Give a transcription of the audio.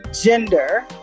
gender